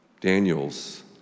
Daniels